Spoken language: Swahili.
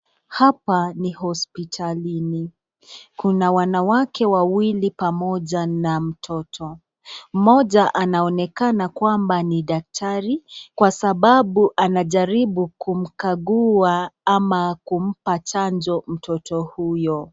Hapa ni hospitalini, kuna wanawake wawili pamoja na mtoto. Mmoja anaonekana kwamba ni daktari kwa sababu anajaribu kumkagua ama kumba chanjo mtoto huyo.